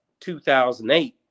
2008